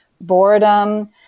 boredom